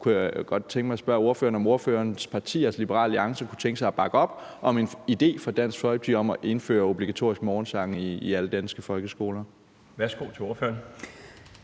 jeg godt tænke mig at spørge ordføreren, om ordførerens parti, altså Liberal Alliance, kunne tænke sig at bakke op om en idé fra Dansk Folkeparti om at indføre obligatorisk morgensang i alle danske folkeskoler. Kl. 13:13 Den